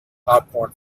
popcorn